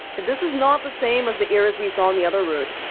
if this is not the same as the iris we saw in the other route,